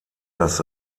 das